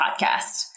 podcast